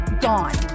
gone